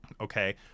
Okay